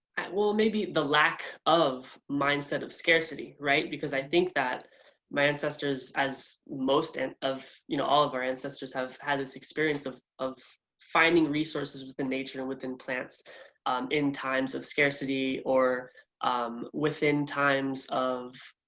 well maybe the lack of mindset of scarcity, right? because i think that my ancestors, as most and of you know all of our ancestors, have had this experiences of of finding resources within nature, within plants in times of scarcity or um within times of